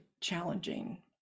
challenging